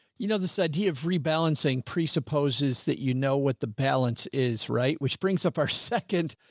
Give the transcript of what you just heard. you know, this idea of rebalancing, presupposes that you know, what the balance is, right. which brings up our second,